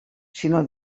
sinó